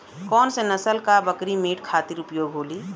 कौन से नसल क बकरी मीट खातिर उपयोग होली?